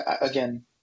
again